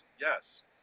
yes